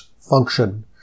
function